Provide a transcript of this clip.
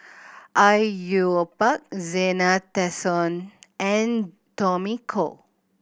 Au Yue Pak Zena Tessensohn and Tommy Koh